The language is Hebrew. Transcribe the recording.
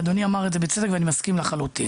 אדוני אמר את זה בצדק, ואני מסכים לחלוטין: